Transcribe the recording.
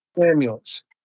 Samuel's